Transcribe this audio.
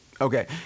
Okay